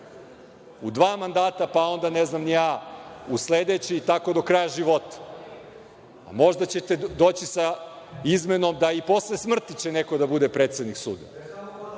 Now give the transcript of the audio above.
u dva mandata, pa onda ne znam ni ja u sledeći i tako do kraja života. Možda ćete doći sa izmenom da i posle smrti će neko da bude predsednik suda,